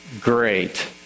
great